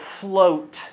float